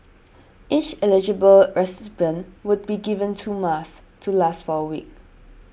each eligible recipient will be given two masks to last for a week